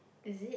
is it